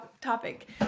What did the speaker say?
topic